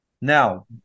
Now